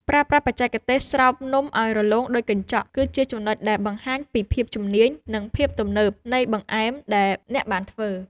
ប្រើប្រាស់បច្ចេកទេសស្រោបនំឱ្យរលោងដូចកញ្ចក់ គឺជាចំណុចដែលបង្ហាញពីភាពជំនាញ និងភាពទំនើបនៃបង្អែមដែលអ្នកបានធ្វើ។